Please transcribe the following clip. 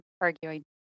arguing